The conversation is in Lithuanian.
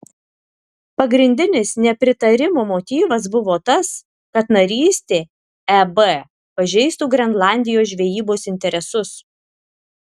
pagrindinis nepritarimo motyvas buvo tas kad narystė eb pažeistų grenlandijos žvejybos interesus